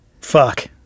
fuck